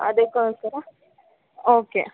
ಅದಕ್ಕೋಸ್ಕರ ಓಕೆ